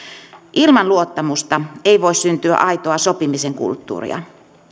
ilman luottamusta ei voi syntyä aitoa sopimisen kulttuuria